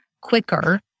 quicker